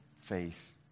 faith